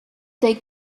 they